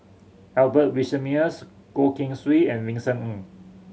Albert Winsemius Goh Keng Swee and Vincent Ng